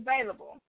available